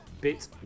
bit